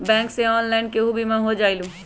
Bank से online केहु बिमा हो जाईलु?